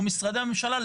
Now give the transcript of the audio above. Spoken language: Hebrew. או משרדי הממשלה,